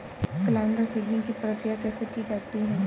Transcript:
Cloud seeding की प्रक्रिया कैसे की जाती है?